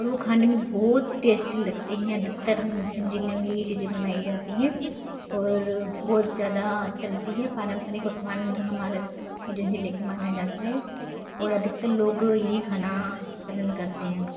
और वह खाने में बहुत टेस्टी लगते हैं अधिकतर उज्जैन ज़िले में यही चीज़ें बनाई जाती हैं और बहुत ज़्यादा चलती है परम्परिक पकवान हमारे उज्जैन ज़िले के माना जाता है और अधिकतर लोग यही खाना पसंद करते हैं